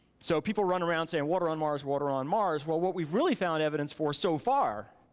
so people run around saying water on mars, water on mars, well what we really found evidence for so far,